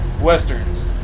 Westerns